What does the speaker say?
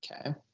Okay